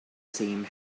same